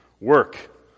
work